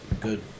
good